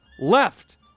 left